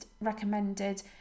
recommended